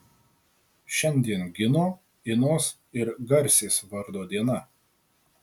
šiandien gino inos ir garsės vardo diena